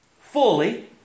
fully